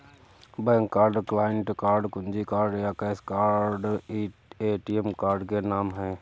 bank card, client card, कुंजी card या cash card ATM card के नाम है